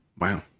Wow